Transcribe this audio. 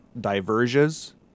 diverges